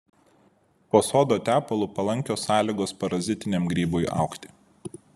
po sodo tepalu palankios sąlygos parazitiniam grybui augti